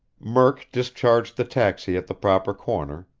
murk discharged the taxi at the proper corner,